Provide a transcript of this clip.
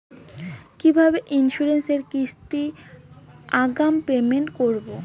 কিভাবে ইন্সুরেন্স এর কিস্তি আগাম পেমেন্ট করবো?